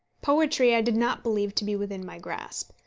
poetry i did not believe to be within my grasp.